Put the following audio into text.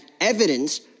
evidence